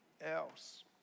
else